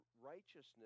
righteousness